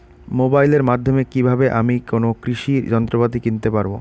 মোবাইলের মাধ্যমে কীভাবে আমি কোনো কৃষি যন্ত্রপাতি কিনতে পারবো?